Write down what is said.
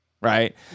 right